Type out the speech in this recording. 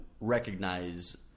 recognize